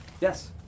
Yes